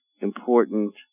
important